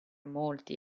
molti